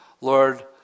Lord